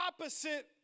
opposite